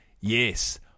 Yes